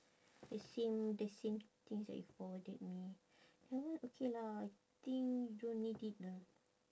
the same the same things that you forwarded me that one okay lah I think you don't need it lah